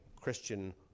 Christian